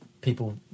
people